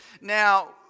Now